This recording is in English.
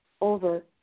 over